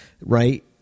Right